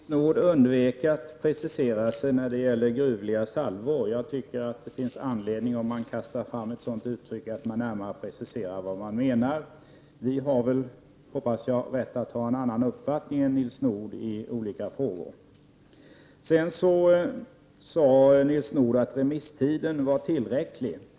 Fru talman! Nils Nordh undvek att precisera vad han menade med gruvliga salvor. Jag tycker det finns anledning att närmare tala om vad man menar när man kastar ur sig ett sådant uttryck. Jag hoppas att vi har rätt att ha en annan uppfattning än Nils Nordh i skilda frågor. Nils Nordh sade att remisstiden var tillräcklig.